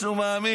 שבהם הוא מאמין.